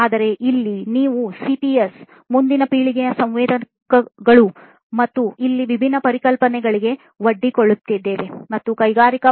ಆದರೆ ಇಲ್ಲಿ ನಾವು ಸಿಪಿಎಸ್ ಮುಂದಿನ ಪೀಳಿಗೆಯ ಸಂವೇದಕಗಳು ಮತ್ತು ಈ ವಿಭಿನ್ನ ಪರಿಕಲ್ಪನೆಗಳಿಗೆ ಒಡ್ಡಿಕೊಳ್ಳುತ್ತಿದ್ದೇವೆ ಮತ್ತು ಕೈಗಾರಿಕೆ 4